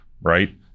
right